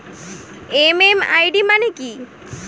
MMID মানে কি?